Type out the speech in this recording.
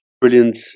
brilliant